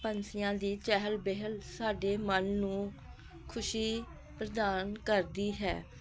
ਪੰਛੀਆਂ ਦੀ ਚਹਿਲ ਪਹਿਲ ਸਾਡੇ ਮਨ ਨੂੰ ਖੁਸ਼ੀ ਪ੍ਰਦਾਨ ਕਰਦੀ ਹੈ